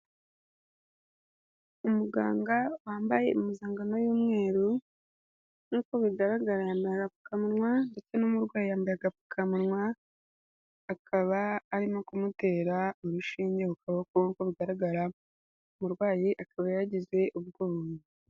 Umuganga wambaye impuzangano y'umweru nkuko bigaragara yambaye agapfukamunwa ndetse n'umurwayi yambaye agapfukamunwa, akaba ari no kumutera urushinge ku kaboko nkuko bigaragara, umurwayi akaba yagize ubwoba.